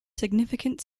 significant